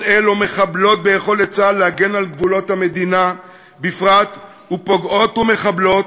אלו מחבלות ביכולת צה"ל להגן על גבולות המדינה בפרט ופוגעות ומחבלות